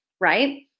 Right